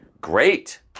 great